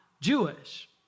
jewish